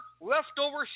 leftover